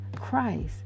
Christ